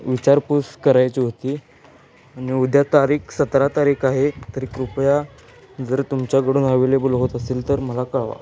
विचारपूस करायची होती आणि उद्या तारीख सतरा तारीख आहे तरी कृपया जर तुमच्याकडून अवेलेबल होत असेल तर मला कळवा